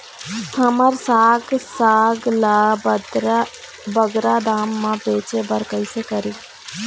हमर साग साग ला बगरा दाम मा बेचे बर कइसे करी?